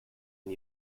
and